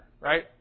right